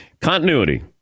continuity